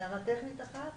הערה טכנית אחת.